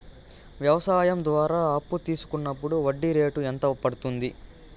వ్యవసాయం ద్వారా అప్పు తీసుకున్నప్పుడు వడ్డీ రేటు ఎంత పడ్తుంది